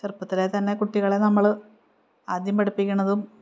ചെറുപ്പത്തിലെതന്നെ കുട്ടികളെ നമ്മൾ ആദ്യം പഠിപ്പിക്കണതും